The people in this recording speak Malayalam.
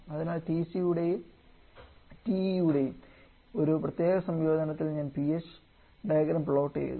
അതിനാൽ TC യുടെയും TE യുടെയും ഒരു പ്രത്യേക സംയോജനത്തിൽ ഞാൻ Ph ഡയഗ്രം പ്ലോട്ട് ചെയ്തു